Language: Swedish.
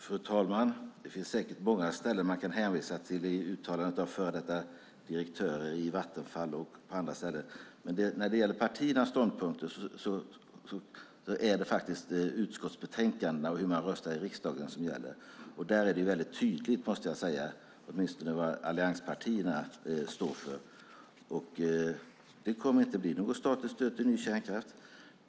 Fru talman! Det finns säkert många ställen man kan hänvisa till i uttalanden av före detta direktörer i Vattenfall och andra ställen. När det gäller partiernas ståndpunkter är det utskottsbetänkandena och hur man röstar i riksdagen som gäller. Där är det tydligt, måste jag säga, åtminstone vad allianspartierna står för. Det kommer inte att bli något statligt stöd till ny kärnkraft.